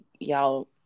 y'all